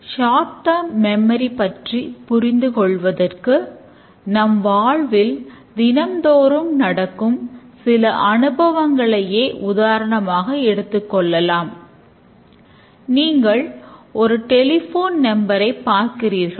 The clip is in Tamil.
ஷாட் ட்டாம் மெம்மரி இருக்கிறது